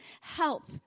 help